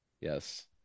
Yes